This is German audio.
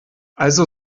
also